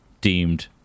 deemed